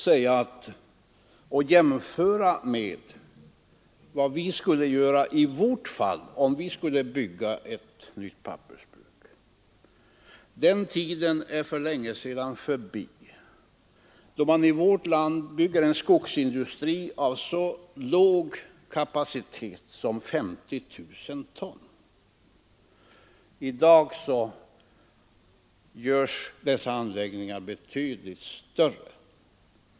Man kan inte jämföra en industri i Vietnam med motsvarande industri här hemma. Den tiden är för länge sedan förbi då vi i vårt land byggde en skogsindustri med så låg kapacitet som 50 000 ton. I dag görs dessa anläggningar betydligt större.